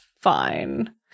fine